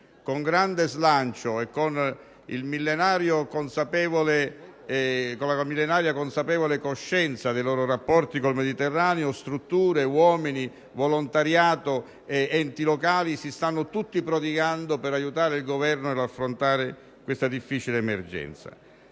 con grande slancio e con la millenaria, consapevole coscienza dei loro rapporti con il Mediterraneo, strutture, uomini, volontariato ed enti locali; tutti si stanno prodigando per aiutare il Governo ad affrontare questa difficile emergenza.